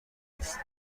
نیست